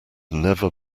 never